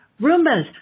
Roombas